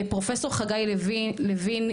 פרופסור חגי לוין,